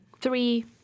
three